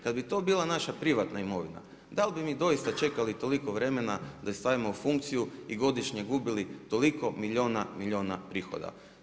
Kad bi to bila naša privatna imovina, dal bi mi doista čekali toliko vremena da ju stavimo u funkciju i godišnje gubili toliko milijuna i milijuna prihoda.